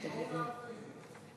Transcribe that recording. לא הונח פיזית.